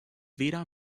weder